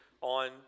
on